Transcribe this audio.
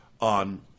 On